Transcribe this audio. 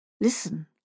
Listen